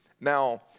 Now